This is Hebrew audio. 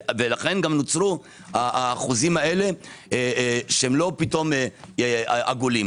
לכן נוצרו האחוזים האלה שאינם עגולים.